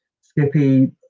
Skippy